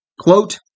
Quote